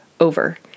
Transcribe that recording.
over